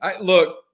Look